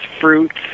fruits